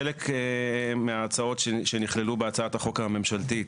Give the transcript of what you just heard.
חלק מההצעות שנכללו בהצעת החוק הממשלתית